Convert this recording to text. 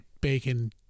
bacon